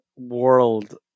world